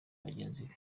bagenzi